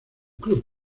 club